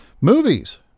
Movies